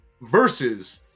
versus